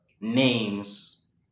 names